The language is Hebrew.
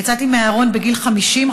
יצאתי מהארון בגיל 50,